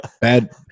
bad